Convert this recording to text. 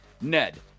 Ned